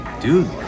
dude